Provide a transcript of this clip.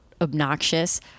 obnoxious